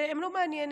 הם לא מעניינים,